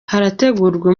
harategurwa